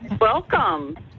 Welcome